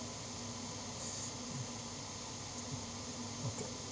okay